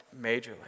majorly